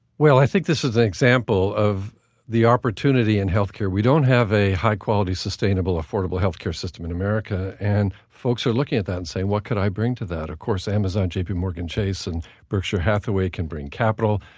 well, i think this is an example of the opportunity in health care. we don't have a high-quality, sustainable, affordable health care system in america. and folks are looking at that and saying what could i bring to that? of course, amazon, jpmorgan chase and berkshire hathaway can bring capital,